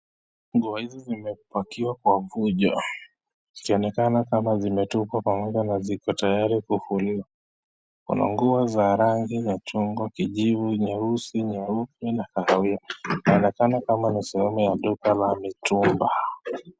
Nguo Hizi zimepakiwa kwa Fujo ukionekana kama zimetupwa tayari kuvuliwa, Kuna nguo za rangi na nyeusi nyeupe na kalaa wino, inaonekana kama ni sehemu ya duka ya mitumba.